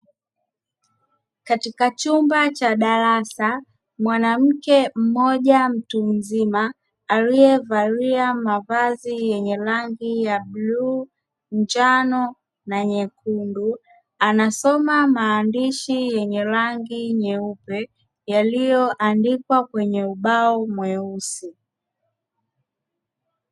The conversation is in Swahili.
Katika chumba cha darasa mwanamke mmoja mtu mzima aliyevalia mavazi yenye rangi ya bluu, njano na nyekundu anasoma maandishi yenye rangi nyeupe yaliyoandikwa kwenye ubao mweusi.